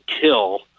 kill